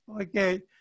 Okay